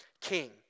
king